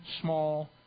small